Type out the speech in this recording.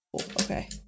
Okay